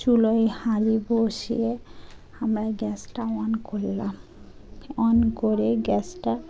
চুলোয় হাঁড়ি বসিয়ে আমরা গ্যাসটা অন করলাম অন করে গ্যাসটা